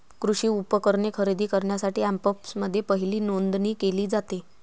कृषी उपकरणे खरेदी करण्यासाठी अँपप्समध्ये पहिली नोंदणी केली जाते